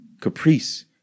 caprice